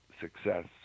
success